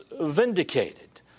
vindicated